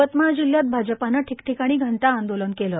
यवतमाळ जिल्ह्यात भाजपाने ठिकठिकाणी घंटानाद आंदोलन केले